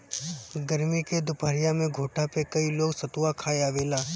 गरमी के दुपहरिया में घोठा पे कई लोग सतुआ खाए आवेला